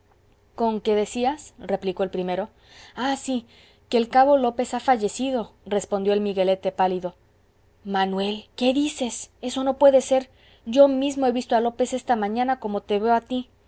soldado conque decías replicó el primero ah sí que el cabo lópez ha fallecido respondió el miguelete pálido manuel qué dices eso no puede ser yo mismo he visto a lópez esta mañana como te veo a ti